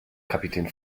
kapitän